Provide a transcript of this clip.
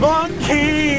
Monkey